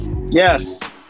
Yes